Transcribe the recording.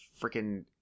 freaking